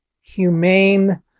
humane